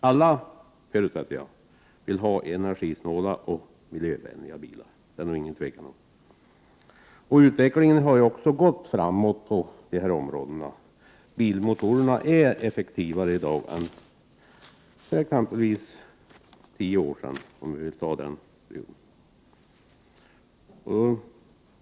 Jag förutsätter att alla vill ha energisnålare och miljövänligare bilar. Utvecklingen har också gått framåt på detta område. Bilmotorerna är i dag effektivare än för exempelvis tio år sedan.